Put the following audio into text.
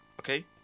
okay